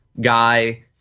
guy